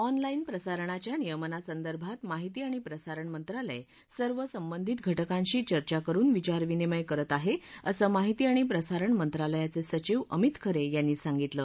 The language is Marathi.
ऑनलाईन प्रसारणाच्या नियामनासंदर्भात माहिती आणि प्रसारण मंत्रालय सर्व संबंधित घटकांशी चर्चा करुन विचारविनिमय करत आहे असं माहिती आणि प्रसारण मंत्रालयाचे सचिव अमित खरे यांनी सांगितलं